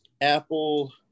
Apple